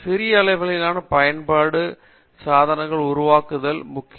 சிறிய அளவிலான பயன்பாட்டு சாதனங்களை உருவாக்குவது முக்கியம்